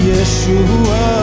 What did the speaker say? Yeshua